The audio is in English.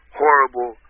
horrible